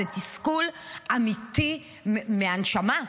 זה תסכול אמיתי, מהנשמה.